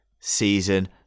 season